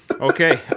Okay